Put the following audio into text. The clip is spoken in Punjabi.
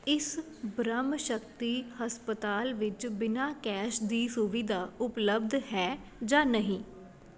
ਇਸ ਬ੍ਰਹਮ ਸ਼ਕਤੀ ਹਸਪਤਾਲ ਵਿੱਚ ਬਿਨਾਂ ਕੈਸ਼ ਦੀ ਸੁਵਿਧਾ ਉਪਲੱਬਧ ਹੈ ਜਾਂ ਨਹੀਂ